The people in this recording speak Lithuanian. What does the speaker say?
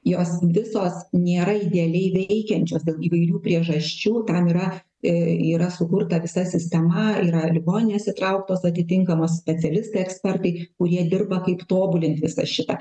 jos visos nėra idealiai veikiančios dėl įvairių priežasčių tam yra yra sukurta visa sistema yra ligoninės įtrauktos atitinkamos specialistai ekspertai kurie dirba kaip tobulinti visą šitą